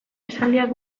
esaldiak